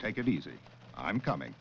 take it easy i'm coming